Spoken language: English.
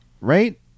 Right